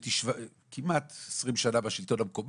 הייתי כמעט 20 שנה בשלטון המקומי,